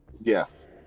Yes